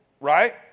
right